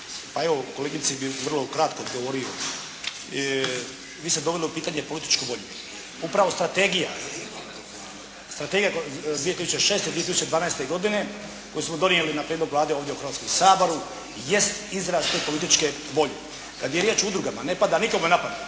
Pa evo kolegici bih vrlo kratko odgovorio. Vi ste doveli u pitanje političku volju. Upravo strategija, strategija iz 2006., 2012. godine koju smo donijeli na prijedlog Vlade ovdje u Hrvatskom saboru jest izraz te političke volje. Kad je riječ o udrugama ne pada nikome napamet,